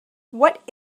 what